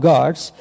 Gods